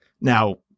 Now